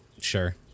sure